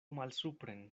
malsupren